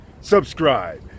subscribe